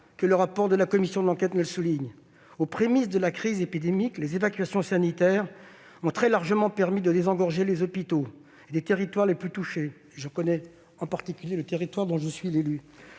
que le rapport de la commission d'enquête le souligne. Aux prémices de la crise épidémique, les évacuations sanitaires ont très largement permis de désengorger les hôpitaux des territoires les plus touchés. Je pense en particulier au territoire dont je suis l'élu.